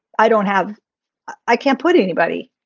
i don't have i can't put anybody.